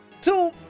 two